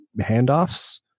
handoffs